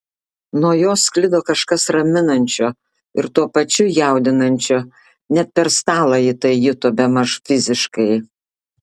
nuo jo sklido kažkas raminančio ir tuo pačiu jaudinančio net per stalą ji tai juto bemaž fiziškai